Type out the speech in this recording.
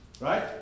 right